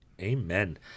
Amen